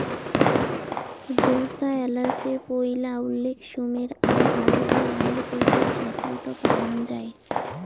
ঢোসা এ্যালাচির পৈলা উল্লেখ সুমের আর ভারতীয় আয়ুর্বেদিক শাস্ত্রত পাওয়াং যাই